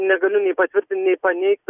negaliu nei patvirtint nei paneigt